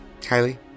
Kylie